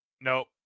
nope